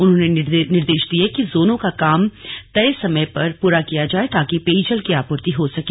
उन्होंने निर्देश दिये कि जोनों का काम तय समय पूरा किया जाए ताकि पेयजल की आपूर्ति हो सके